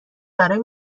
برای